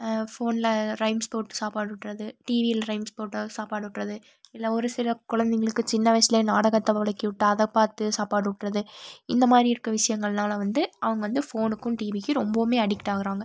ஃபோனில் ரைம்ஸ் போட்டு சாப்பாடு ஊட்டுறது டிவியில் ரைம்ஸ் போட்டாவது சாப்பாடு ஊட்டுறது இதில் ஒரு சில குழந்தைங்களுக்கு சின்ன வயசுலேயே நாடகத்தை பழக்கிவிட்டு அதை பார்த்து சாப்பாடு ஊட்டுறது இந்த மாதிரி இருக்க விஷயங்கள்னால வந்து அவங்க வந்து ஃபோனுக்கும் டிவிக்கும் ரொம்பவுமே அடிக்ட் ஆகுறாங்க